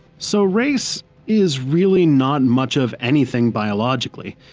so, race is really not much of anything biologically.